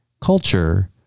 culture